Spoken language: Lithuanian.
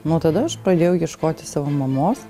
nuo tada aš pradėjau ieškoti savo mamos